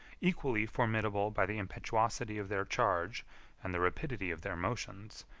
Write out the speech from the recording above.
equally formidable by the impetuosity of their charge and the rapidity of their motions,